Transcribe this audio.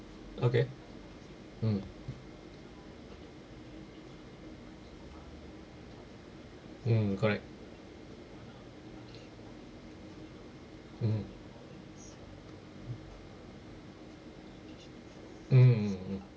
okay mm mm correct mm mm mm mm